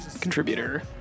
contributor